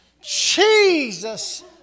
Jesus